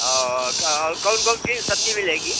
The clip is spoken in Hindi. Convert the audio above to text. तो और कौन कौन सी सब्जी मिलेगी